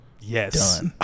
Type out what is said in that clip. yes